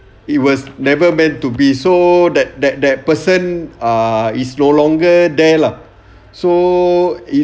it was never meant to be so that that that person ah is no longer there lah so it